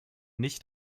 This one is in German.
nicht